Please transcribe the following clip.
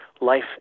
life